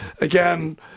again